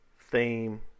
theme